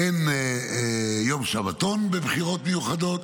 אין יום שבתון בבחירות מיוחדות.